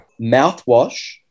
mouthwash